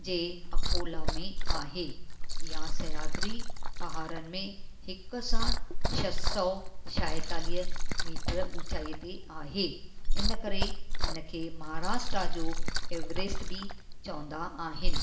जंहिं अकोला में आहे या सहयात्री पहाड़नि में हिक साणु छ्ह सौ छहतालीअ मीटर ऊंचाईअ ते आहे इनकरे हिनखे महाराष्ट्र जो एवरेस्ट बि चवंदा आहिनि